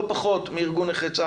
לא פחות מארגון נכי צה"ל.